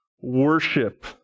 worship